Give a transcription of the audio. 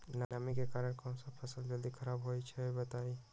नमी के कारन कौन स फसल जल्दी खराब होई छई बताई?